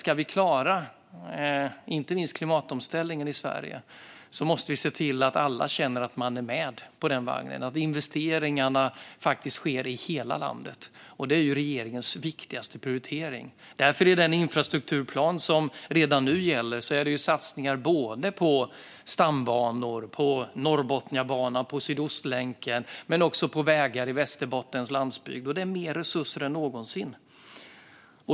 Ska vi klara inte minst klimatomställningen i Sverige måste vi se till att alla känner att de är med på den vagnen och att investeringarna sker i hela landet. Det är regeringens viktigaste prioritering. Därför finns i den infrastrukturplan som redan nu gäller satsningar på stambanor, på Norrbotniabanan och på Sydostlänken, men också på vägar på Västerbottens landsbygd. Det finns mer resurser är någonsin.